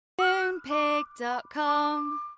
Moonpig.com